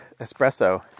espresso